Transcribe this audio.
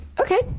Okay